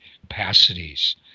capacities